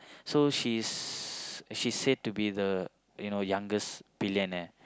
so she's she's said to be the you know youngest billionaire